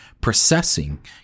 processing